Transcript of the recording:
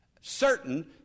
certain